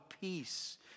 peace